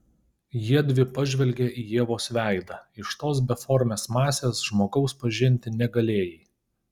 jiedvi pažvelgė į ievos veidą iš tos beformės masės žmogaus pažinti negalėjai